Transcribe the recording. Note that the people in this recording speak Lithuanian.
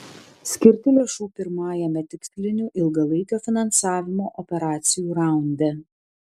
skirti lėšų pirmajame tikslinių ilgalaikio finansavimo operacijų raunde